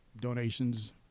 donations